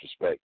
respect